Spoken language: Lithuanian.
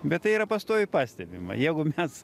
bet tai yra pastoviai pastebima jeigu mes